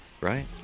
Right